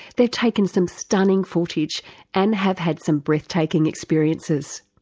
they've taken some stunning footage and have had some breathtaking experiences.